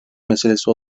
meselesi